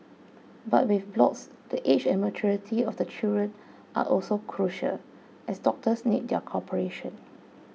but with blocks the age and maturity of the children are also crucial as doctors need their cooperation